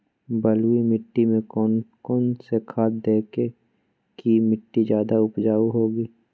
बलुई मिट्टी में कौन कौन से खाद देगें की मिट्टी ज्यादा उपजाऊ होगी?